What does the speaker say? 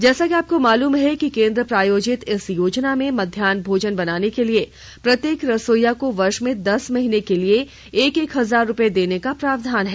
जैसा कि आपको मालूम है कि केंद्र प्रायोजित इस योजना में मध्याह न भोजन बनाने के लिए प्रत्येक रसोइया को वर्ष में दस महीने के लिए एक हजार रुपए देने का प्रावधान है